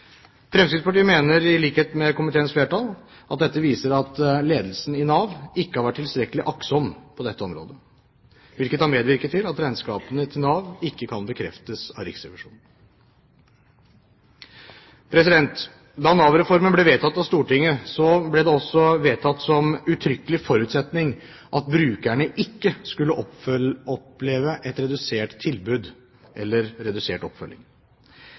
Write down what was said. Fremskrittspartiet mener, i likhet med komiteens flertall, at dette viser at ledelsen i Nav ikke har vært tilstrekkelig aktsom på dette området, hvilket har medvirket til at regnskapene til Nav ikke kan bekreftes av Riksrevisjonen. Da Nav-reformen ble vedtatt av Stortinget, ble det også vedtatt som uttrykkelig forutsetning at brukerne ikke skulle oppleve et redusert tilbud eller redusert oppfølging.